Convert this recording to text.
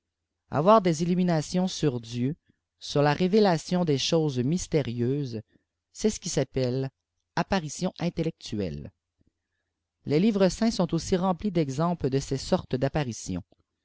avoir des illuminations sur dieu j sur la révélation des choses mystérieuses c'est ce qui s'appelle apparition intellectuelle les livres saints sont aussi remplis d'exemples de ces sortes d'apparitions